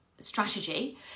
strategy